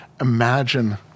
imagine